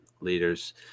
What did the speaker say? leaders